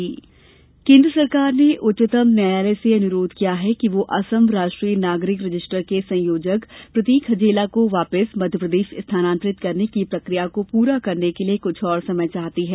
सुको नागरिक रजिस्टूर केन्द्र सरकार ने उच्च्तम न्यायालय से अनुरोध किया है कि वह असम राष्ट्रीय नागरिक रजिस्टर के संयोजक प्रतीक हजेला को वापिस मध्यप्रदेश स्थानान्तरित करने की प्रक्रिया को पूरा करने के लिए कुछ और समय चाहती है